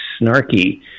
snarky